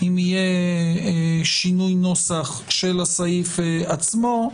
אם יהיה שינוי נוסח של הסעיף עצמו.